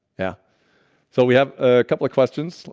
yeah so we have a couple of questions.